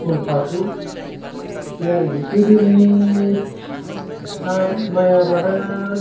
फुलफाख्रि बिदि आरोखि गोदोनि माइ आबादा